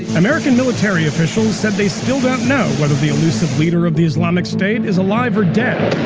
american military officials said they still don't know whether the elusive leader of the islamic state is alive or dead.